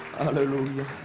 Hallelujah